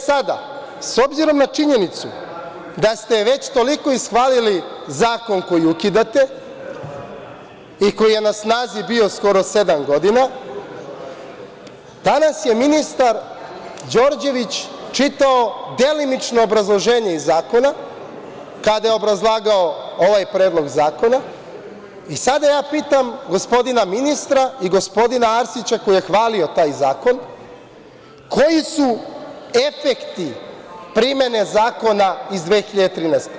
Sada, s obzirom na činjenicu da ste već toliko ishvalili zakon koji ukidate, i koji je na snazi bio skoro sedam godina, danas je ministar Đorđević čitao delimično obrazloženje zakona, kada je obrazlagao ovaj predlog zakona, i sada ja pitam gospodina ministra i gospodina Arsića, koji je nahvalio taj zakon, koji su efekti primene zakona iz 2013?